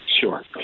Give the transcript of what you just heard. Sure